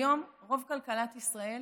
כיום רוב כלכלת ישראל